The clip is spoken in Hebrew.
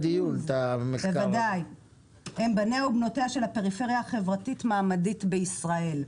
בניה ובנותיה של הפריפריה החברתית מעמדית בישראל.